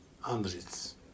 Hundreds